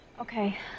Okay